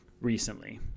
recently